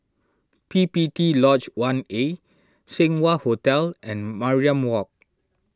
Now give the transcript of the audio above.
P P T Lodge one A Seng Wah Hotel and Mariam Walk